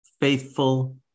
faithful